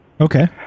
Okay